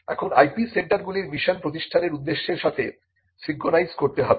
এখন IP centre গুলির মিশন প্রতিষ্ঠানের উদ্দেশ্যের সাথে সিঙ্ক্রোনাইজ করতে হবে